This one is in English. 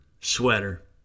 Sweater